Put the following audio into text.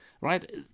right